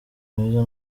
mwiza